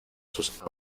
sus